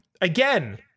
again